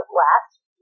last